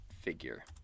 figure